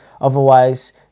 otherwise